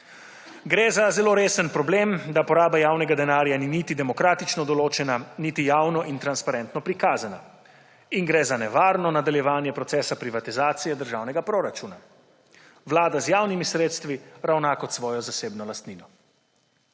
Gre za zelo resen problem, da poraba javnega denarja ni niti demokratično določena niti javno in transparentno prikazana, in gre za nevarno nadaljevanje procesa privatizacije državnega proračuna. Vlada z javnimi sredstvi ravna kot s svojo zasebno lastnino.